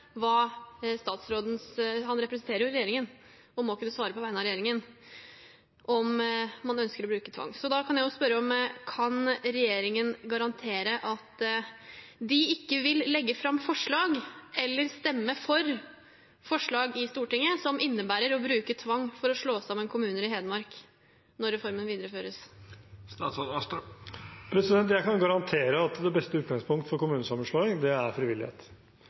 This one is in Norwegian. om statsråden kan svare på vegne av regjeringen om man ønsker å bruke tvang. Da kan jeg jo spørre: Kan regjeringen garantere at de ikke vil legge fram forslag, eller at regjeringspartiene ikke vil stemme for forslag i Stortinget som innebærer å bruke tvang for å slå sammen kommuner i Hedmark når reformen videreføres? Jeg kan garantere at det beste utgangspunktet for kommunesammenslåing er frivillighet. Det er